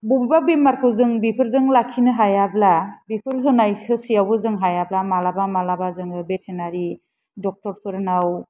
बबेबा बेमारखौ जों बेफोरजों लाखिनो हायाब्ला बेफोर होनाय होसेयावबो जों हायाब्ला मालाबा मालाबा जोङो भेटेनारि डाक्टरफोरनाव